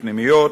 פנימיות,